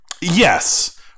Yes